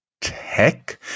Tech